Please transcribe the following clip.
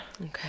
Okay